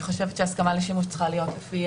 אני חושבת שההסכמה על השימוש צריכה להיות לפי